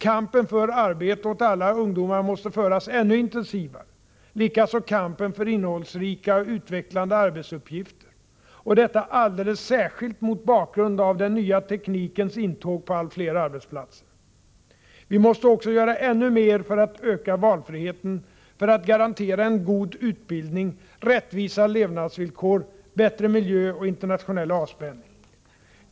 Kampen för arbete åt alla ungdomar måste föras ännu intensivare, likaså kampen för innehållsrika och utvecklande arbetsuppgifter — och detta alldeles särskilt mot bakgrund av den nya teknikens intåg på allt fler arbetsplatser. Vi måste också göra ännu mer för att öka valfriheten, för att garantera en god utbildning, rättvisa levnadsvillkor, bättre miljö och internationell avspänning.